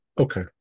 Okay